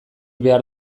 behar